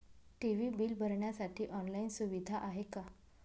TV bill भरण्यासाठी online सुविधा आहे का?